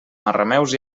marrameus